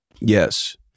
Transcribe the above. Yes